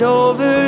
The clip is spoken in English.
over